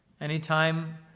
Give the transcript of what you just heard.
anytime